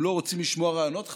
הם לא רוצים לשמוע רעיונות חדשים,